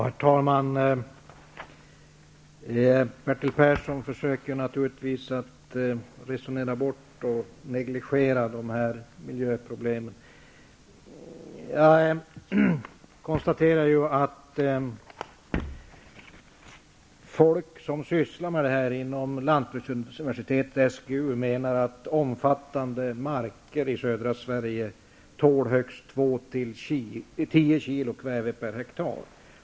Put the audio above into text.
Herr talman! Bertil Persson försöker resonera bort och negligera miljöproblemen. Jag konstaterar att folk som sysslar med detta inom Lantbruksuniversitetet och SGU menar att omfattande marker i södra Sverige tål högst 2--10 kg kväve per hektar.